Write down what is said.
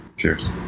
Cheers